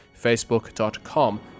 facebook.com